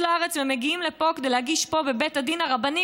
לארץ ומגיעים לפה כדי להגיש פה בבית הדין הרבני,